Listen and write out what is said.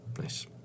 Nice